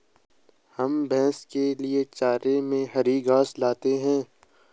हम भैंस के लिए चारे में हरी घास लाते हैं